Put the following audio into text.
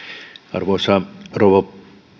arvoisa rouva